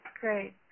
Great